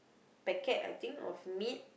packet I think of meat